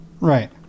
Right